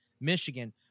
Michigan